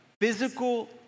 physical